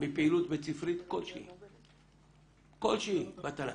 מפעילות בית-ספרית כלשהי בתל"ן.